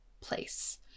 place